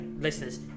listeners